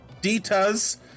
Dita's